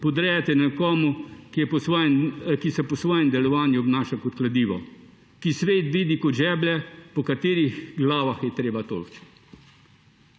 podrejate nekomu, ki se po svojem delovanju obnaša kot kladivo, ki svet vidi kot žeblje, po katerih glavah je treba tolči?